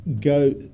go